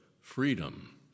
freedom